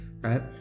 right